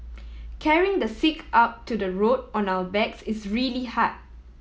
carrying the sick up to the road on our backs is really hard